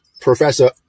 Professor